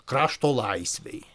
krašto laisvei